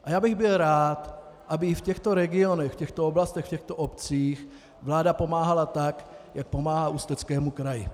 A já bych byl rád, aby i v těchto regionech, v těchto oblastech, v těchto obcích vláda pomáhala tak, jak pomáhá Ústeckému kraji.